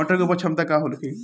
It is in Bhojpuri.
मटर के उपज क्षमता का होखे?